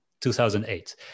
2008